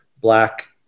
black